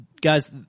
Guys